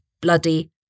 bloody